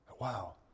Wow